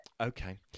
Okay